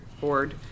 Board